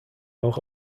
auch